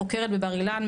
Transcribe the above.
חוקרת בבר אילן,